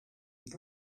ils